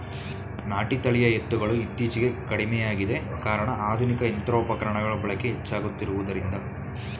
ನಾಟಿ ತಳಿಯ ಎತ್ತುಗಳು ಇತ್ತೀಚೆಗೆ ಕಡಿಮೆಯಾಗಿದೆ ಕಾರಣ ಆಧುನಿಕ ಯಂತ್ರೋಪಕರಣಗಳ ಬಳಕೆ ಹೆಚ್ಚಾಗುತ್ತಿರುವುದರಿಂದ